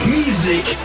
music